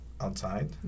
outside